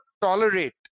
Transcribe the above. tolerate